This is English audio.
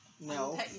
No